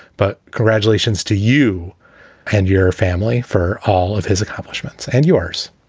but graduation's to you and your family for all of his accomplishments and yours